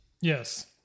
yes